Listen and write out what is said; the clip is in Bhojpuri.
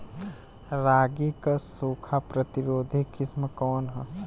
रागी क सूखा प्रतिरोधी किस्म कौन ह?